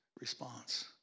response